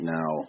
Now